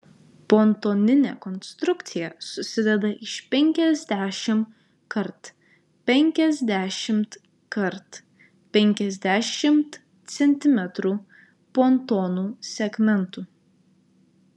pontoninė konstrukcija susideda iš penkiasdešimt kart penkiasdešimt kart penkiasdešimt centimetrų pontonų segmentų